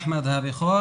אחמד הבכור,